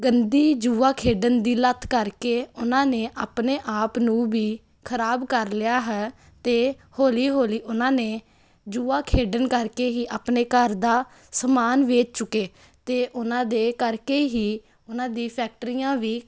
ਗੰਦੀ ਜੂਆ ਖੇਡਣ ਦੀ ਲੱਤ ਕਰਕੇ ਉਹਨਾਂ ਨੇ ਆਪਣੇ ਆਪ ਨੂੰ ਵੀ ਖਰਾਬ ਕਰ ਲਿਆ ਹੈ ਅਤੇ ਹੌਲੀ ਹੌਲੀ ਉਹਨਾਂ ਨੇ ਜੂਆ ਖੇਡਣ ਕਰਕੇ ਹੀ ਆਪਣੇ ਘਰ ਦਾ ਸਮਾਨ ਵੇਚ ਚੁਕੇ ਅਤੇ ਉਹਨਾਂ ਦੇ ਕਰਕੇ ਹੀ ਉਹਨਾਂ ਦੀ ਫੈਕਟਰੀਆਂ ਵੀ